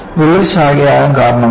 വിള്ളൽ ശാഖയാകാൻ കാരണമെന്ത്